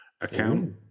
account